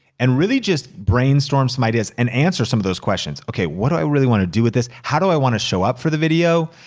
and really just brainstorm some ideas and answer some of those questions. okay, what do i really wanna do with this? how do i wanna show up for the video?